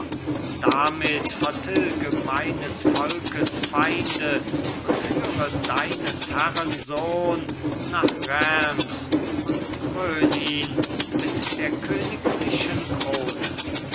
damit vertilge meines volkes feinde und führe deines herren sohn nach reims und krön ihn mit der königlichen krone